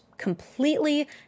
completely